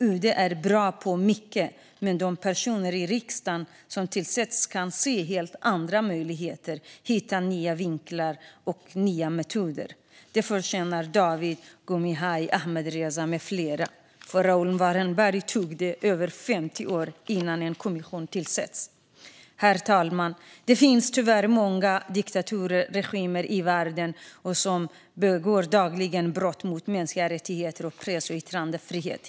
UD är bra på mycket, men de personer som vi i riksdagen tillsätter kan se helt andra möjligheter och hitta nya vinklar och nya metoder. Detta förtjänar Dawit, Gui Minhai, Ahmadreza med flera. För Raoul Wallenberg tog det över 50 år innan en kommission tillsattes. Herr talman! Det finns tyvärr många diktaturregimer i världen som dagligen begår brott mot mänskliga rättigheter och press och yttrandefrihet.